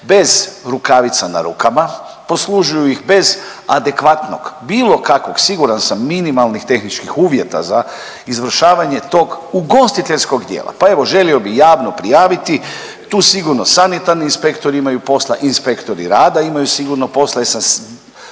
bez rukavica na rukama, poslužuju ih bez adekvatnog bilo kakvog siguran sam minimalnih tehničkih uvjeta za izvršavanje tog ugostiteljskog dijela, pa evo želio bih javno prijaviti tu sigurno sanitarni inspektori imaju posla, inspektori rada imaju sigurno posla.